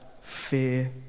Fear